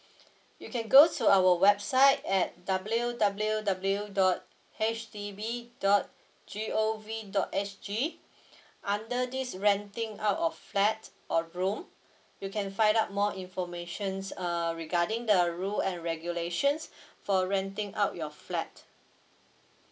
you can go to our website at W W W dot H D B dot G_O_V dot S_G under this renting out of flat or room you can find out more information uh regarding the rule and regulations for renting out your flat